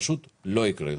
פשוט לא יקרה יותר".